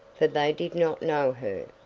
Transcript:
for they did not know her.